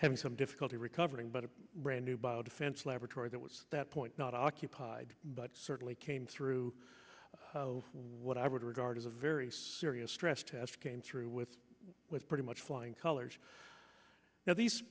having some difficulty recovering but a brand new bio defense laboratory that was that point not occupied but certainly came through what i would regard as a very serious stress test came through with pretty much flying colors now these